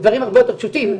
דברים הרבה יותר פשוטים,